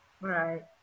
Right